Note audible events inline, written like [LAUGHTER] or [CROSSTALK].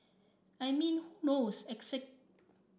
I mean who knows [UNINTELLIGIBLE]